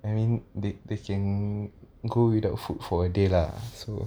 I mean they they can go without food for a day lah so